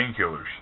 painkillers